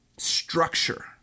structure